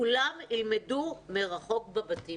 כולם ילמדו מרחוק בבתים".